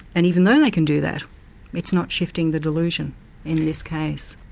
and even though they can do that it's not shifting the delusion in this case.